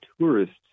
tourists